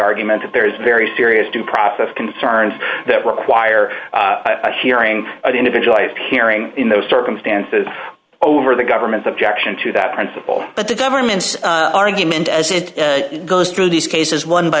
argument that there is very serious due process concerns that require a hearing individualized hearing in those circumstances over the government's objection to that principle but the government's argument as it goes through these cases one by